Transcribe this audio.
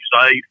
safe